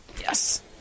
Yes